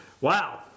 Wow